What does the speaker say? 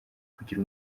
kugira